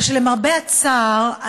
אלא שלמרבה הצער,